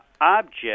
object